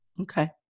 Okay